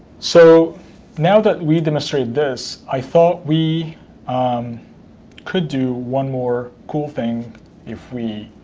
so now that we've demonstrated this, i thought we um could do one more cool thing if we